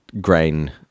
grain